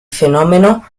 fenómeno